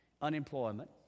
unemployment